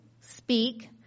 speak